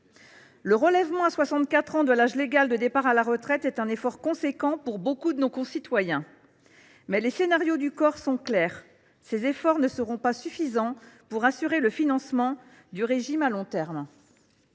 Le relèvement à 64 ans de l’âge légal de départ à la retraite est un effort important pour nombre de nos concitoyens. Mais les scénarios du COR sont clairs : ces efforts ne seront pas suffisants pour assurer le financement du régime à long terme.